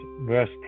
verse